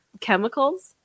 chemicals